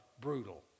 brutal